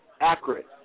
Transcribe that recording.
accurate